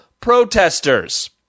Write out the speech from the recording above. protesters